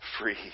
free